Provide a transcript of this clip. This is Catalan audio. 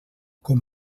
com